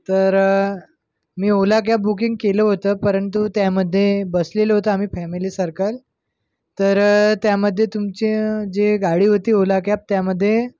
तर मी Ola cab booking केलं होतं परंतु त्यामध्ये बसलेलो होतो आम्ही फॅमिली सर्कल तर त्यामध्ये तुमचं जे गाडी होती ओला कॅब त्यामध्ये